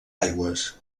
aigües